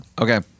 Okay